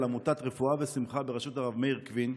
עמותת רפואה ושמחה בראשות הרב מאיר קווין.